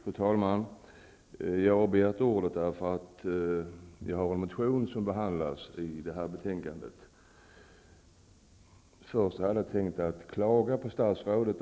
Fru talman! Jag har begärt ordet därför att jag har en motion som behandlas i det här betänkandet. Först hade jag tänkt att klaga på statsrådet.